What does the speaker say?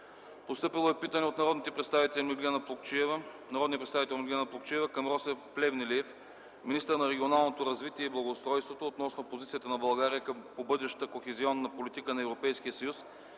Постъпило е питане от народния представител Меглена Плугчиева към Росен Плевнелиев – министър на регионалното развитие и благоустройството, относно позицията на България по бъдещата кохезионна политика на Европейския съюз